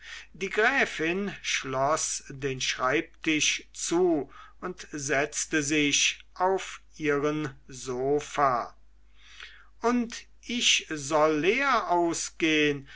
die gräfin schloß den schreibtisch zu und setzte sich auf ihren sofa und ich soll leer ausgehen